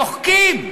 מוחקים.